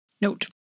Note